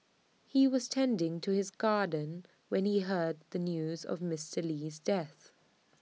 he was tending to his garden when he heard the news of Mister Lee's death